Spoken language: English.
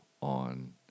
on